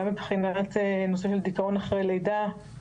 גם מבחינת נושאים של דיכאון אחרי לידה,